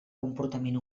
comportament